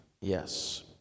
Yes